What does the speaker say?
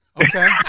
okay